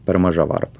per maža varpa